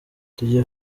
tugiye